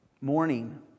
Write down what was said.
Morning